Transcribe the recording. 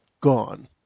gone